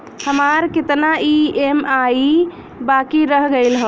हमार कितना ई ई.एम.आई बाकी रह गइल हौ?